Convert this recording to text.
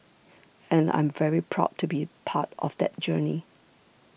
and I'm very proud to be part of that journey